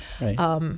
Right